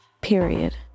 Period